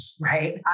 right